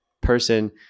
person